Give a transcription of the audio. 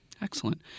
Excellent